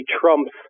trumps